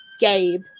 gabe